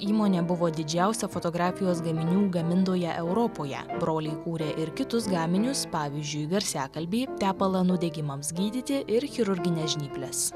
įmonė buvo didžiausia fotografijos gaminių gamintoja europoje broliai kūrė ir kitus gaminius pavyzdžiui garsiakalbį tepalą nudegimams gydyti ir chirurgines žnyples